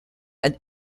and